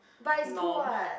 norm